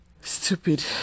Stupid